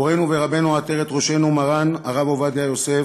מורנו ורבנו, עטרת ראשנו, מרן הרב עובדיה יוסף,